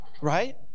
right